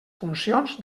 funcions